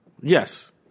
Yes